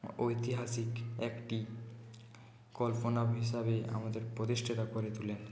ঐতিহাসিক একটি কল্পনা হিসাবে আমাদের প্রতিষ্ঠাতা করে তোলেন